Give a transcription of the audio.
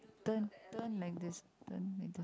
turn turn like this turn like this